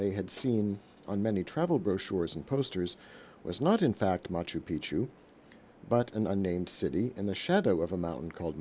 they had seen on many travel brochures and posters was not in fact much of picchu but an unnamed city in the shadow of a mountain called